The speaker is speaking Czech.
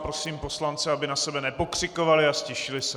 Prosím poslance, aby na sebe nepokřikovali a ztišili se.